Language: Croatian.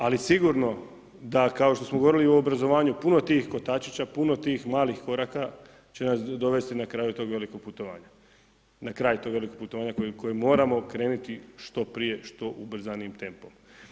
Ali sigurno, da kao što smo govorili o obrazovanju, puno tih kotačića, puno tih malih koraka, će nas dovesti na kraju do tog velikog putovanja, na kraju tog velikog putovanja, kojeg moramo krenuti što prije, što ubrzanijim tempom.